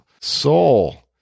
soul